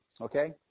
Okay